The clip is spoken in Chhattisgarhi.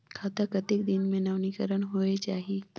खाता कतेक दिन मे नवीनीकरण होए जाहि??